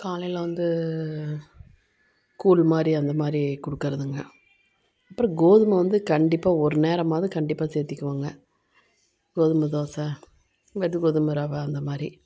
காலையில் வந்து கூழ் மாதிரி அந்த மாதிரி கொடுக்குறதுங்க அப்புறம் கோதுமை வந்து கண்டிப்பாக ஒரு நேரமாவது கண்டிப்பாக சேர்த்திக்குவோங்க கோதுமை தோசை வெறும் கோதுமை ரவை அந்த மாதிரி